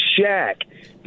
Shaq